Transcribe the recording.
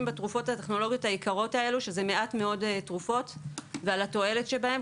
בתרופות והטכנולוגיות היקרות האלה ועל התועלת שבהן,